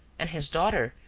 and his daughter,